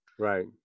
Right